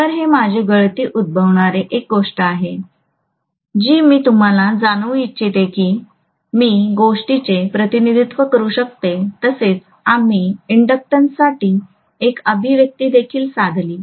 तर हे माझे गळती उद्भवणारी एक गोष्ट आहे जी मी तुम्हाला जाणवू इच्छितो की मी गोष्टीचे प्रतिनिधित्व करू शकतो तसेच आम्ही इंडक्शनन्ससाठी एक अभिव्यक्ती देखील साधली